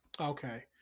Okay